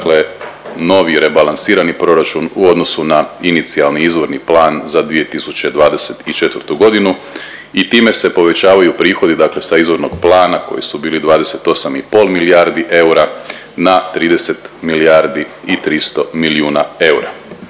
dakle novi rebalansirani proračun u odnosu na inicijalni izvorni plan za 2024.g. i time se povećavaju prihodi dakle sa izvornog plana koji su bili 28 i pol milijardi eura na 30 milijardi i 300 milijuna eura.